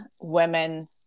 women